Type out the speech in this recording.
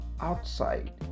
outside